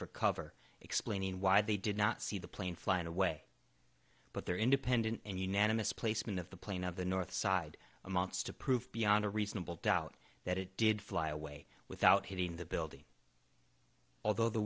for cover explaining why they did not see the plane flying away but their independent and unanimous placement of the plane of the north side amounts to prove beyond a reasonable doubt that it did fly away without hitting the building although the